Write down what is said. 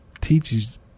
teaches